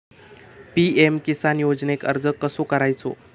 PM Kisan योजनेक अर्ज कसो करायचो?